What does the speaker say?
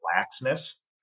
laxness